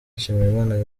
nshimiyimana